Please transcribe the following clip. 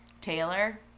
Taylor